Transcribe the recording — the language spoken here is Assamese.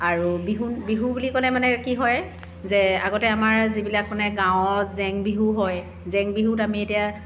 আৰু বিহু বিহু বুলি ক'লে মানে কি হয় যে আগতে আমাৰ যিবিলাক মানে গাঁৱএ জেং বিহু হয় জেং বিহুত আমি এতিয়া